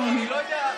איך נצא החוצה?